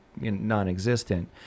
non-existent